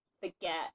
forget